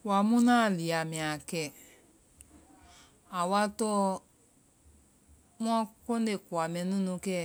Kowa mu ŋna a liya mbɛ a kɛ a wa tɔɔ, mua kɔnde kow mɛnunu kɛ